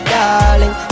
darling